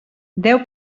deu